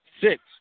Six